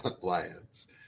Lions